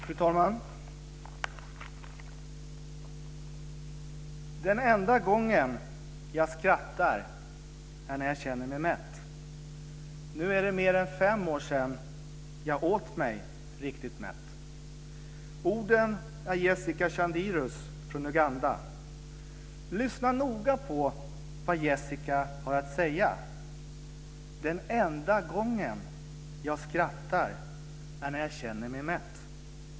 Fru talman! "Den enda gången jag skrattar är när jag känner mig mätt. Nu är det mer än fem år sedan jag åt mig riktigt mätt." Orden är Jessica Chandirus från Uganda. Lyssna noga på vad Jessica har att säga: "Den enda gången jag skrattar är när jag känner mig mätt.